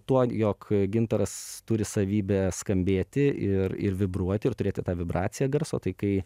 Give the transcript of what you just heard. tuo jog gintaras turi savybę skambėti ir ir vibruoti ir turėti tą vibraciją garso tai kai